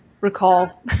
recall